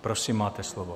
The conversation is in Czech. Prosím, máte slovo.